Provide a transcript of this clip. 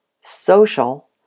social